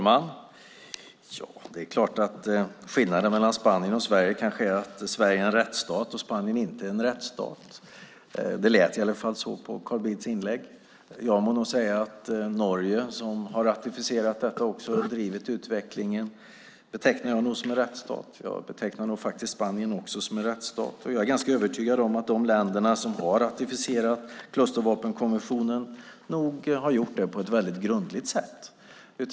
Herr talman! Skillnaden mellan Spanien och Sverige kanske är att Sverige är en rättsstat och Spanien inte är en rättsstat. Det lät i alla fall så på Carl Bildts inlägg. Jag må nog säga att Norge som har ratificerat den och som har drivit på utvecklingen betecknar jag som en rättsstat. Jag betecknar nog faktiskt Spanien som en rättsstat. Jag är övertygad om att de länder som har ratificerat klustervapenkonventionen har gjort det på ett grundligt sätt.